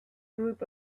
group